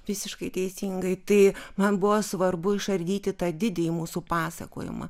visiškai teisingai tai man buvo svarbu išardyti tą didįjį mūsų pasakojimą